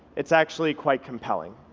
it's actually quite compelling.